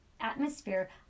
atmosphere